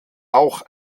auch